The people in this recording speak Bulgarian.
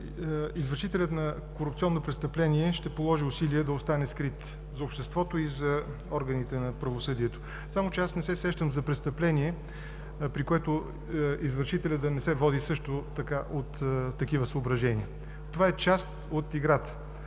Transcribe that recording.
извършителят на корупционно престъпление ще положи усилие да остане скрит за обществото и за органите на правосъдието. Само че аз не се сещам за престъпление, при което извършителят да не се води също така от такива съображения. Това е част от играта.